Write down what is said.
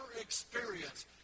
experience